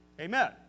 Amen